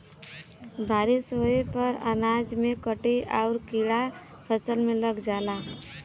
बारिस होये पर अनाज में कीट आउर कीड़ा फसल में लग जाला